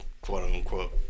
quote-unquote